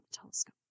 telescope